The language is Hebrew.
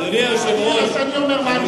אדוני היושב-ראש, אני אומר מה אני חושב.